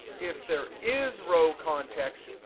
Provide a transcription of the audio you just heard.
if there is row context,